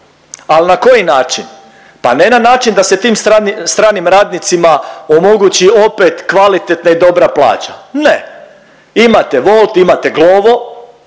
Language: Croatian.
al na koji način pa ne na način da se tim stranim radnicima omogući opet kvalitetna i dobra plaća, ne. Imate Wolt imate Glovo,